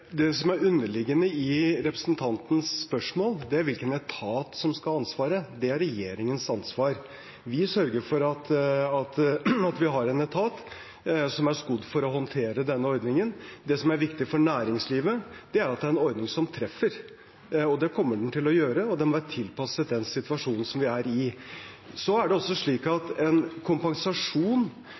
Det som er underliggende i representantens spørsmål, er hvilken etat som skal ha ansvaret. Det er regjeringens ansvar. Vi sørger for at vi har en etat som er skodd for å håndtere denne ordningen. Det som er viktig for næringslivet, er at det er en ordning som treffer. Og det kommer den til å gjøre, den må være tilpasset den situasjonen som vi er i. Så er det også slik at en kompensasjon